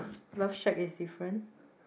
love shack is different